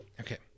Okay